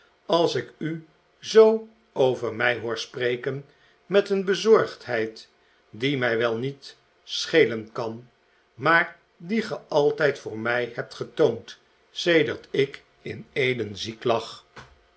als ik u zoo over mij hoor spreken met een bezorgdheid die mij wel niet schelen kan maar die ge altijd voor mij hebt getoond sedert ik in eden ziek lag